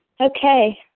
Okay